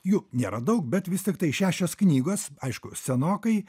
jų nėra daug bet vis tiktai šešios knygas aišku senokai